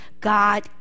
god